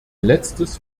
letztes